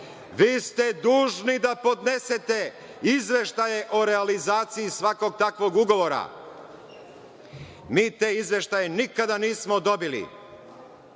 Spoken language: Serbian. vi ste dužni da podnesete izveštaje o realizaciji svakog takvog ugovora. Mi te izveštaje nikada nismo dobili